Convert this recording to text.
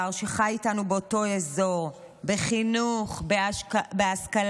במגזר שחי איתנו באותו אזור, בחינוך, בהשכלה,